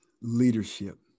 leadership